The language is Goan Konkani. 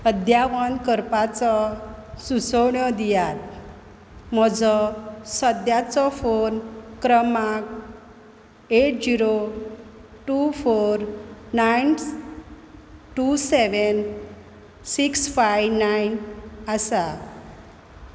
अद्यावत करपाचो सुचोवण्यो दियात म्हजो सद्याचो फोन क्रमांक eight zero two four nine two seven six five nine आसा